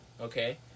okay